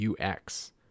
UX